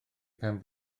pen